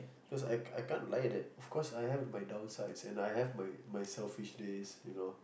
because I can't I can't lie that of course I have my downsides and I have my my selfish days you know